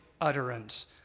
utterance